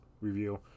review